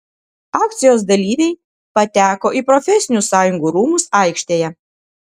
akcijos dalyviai pateko į profesinių sąjungų rūmus aikštėje